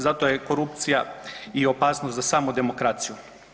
Zato je korupcija i opasnost za samu demokraciju.